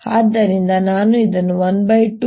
ಆದ್ದರಿಂದ ನಾನು ಇದನ್ನು 12IB